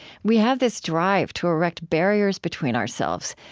we have this drive to erect barriers between ourselves,